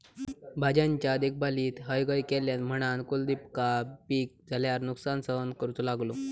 भाज्यांच्या देखभालीत हयगय केल्यान म्हणान कुलदीपका पीक झाल्यार नुकसान सहन करूचो लागलो